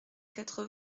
quatre